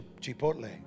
chipotle